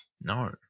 no